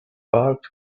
parked